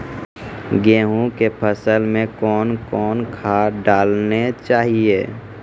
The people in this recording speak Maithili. गेहूँ के फसल मे कौन कौन खाद डालने चाहिए?